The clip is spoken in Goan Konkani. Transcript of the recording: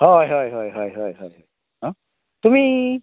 हय हय हय हय हय ह तुमी